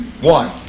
One